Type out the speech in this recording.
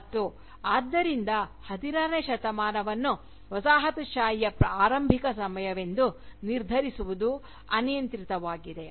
ಮತ್ತು ಆದ್ದರಿಂದ 16 ನೇ ಶತಮಾನವನ್ನು ವಸಾಹತುಶಾಹಿಯ ಆರಂಭಿಕ ಸಮಯವೆಂದು ನಿರ್ಧರಿಸುವುದು ಅನಿಯಂತ್ರಿತವಾಗಿದೆ